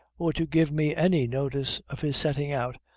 or to give me any notice of his setting out,